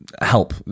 help